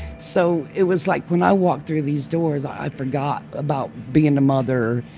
so it was like when i walked through these doors i forgot about being a mother,